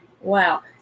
Wow